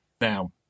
Now